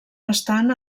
estan